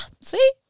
See